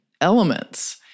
elements